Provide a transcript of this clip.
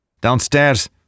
Downstairs